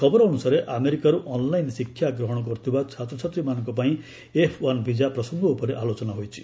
ଖବର ଅନୁସାରେ ଆମେରିକାରୁ ଅନ୍ଲାଇନ ଶିକ୍ଷା ଗ୍ରହଣ କରୁଥିବା ଛାତ୍ରଛାତ୍ରୀମାନଙ୍କ ପାଇଁ ଏଫ୍ ଓ୍ପାନ୍ ବିଜା ପ୍ରସଙ୍ଗ ଉପରେ ଆଲୋଚନା ହୋଇଛି